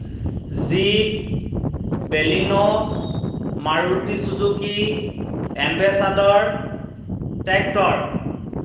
jeep Baleno Maruti Suzuki ambassador tractor